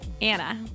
Anna